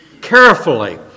carefully